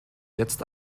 jetzt